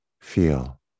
feel